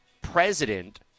president